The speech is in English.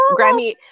Grammy